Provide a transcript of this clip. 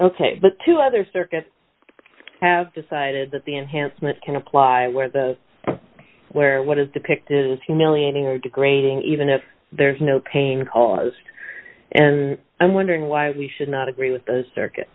ok but two other circuits have decided that the enhancement can apply where the where what is depicted is humiliating and degrading even if there is no pain cause and i'm wondering why we should not agree with a circu